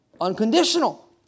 unconditional